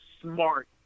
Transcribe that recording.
smart